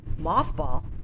Mothball